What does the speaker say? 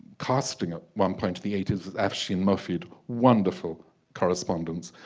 casting at one point to the eighty s with afshin mofid wonderful correspondence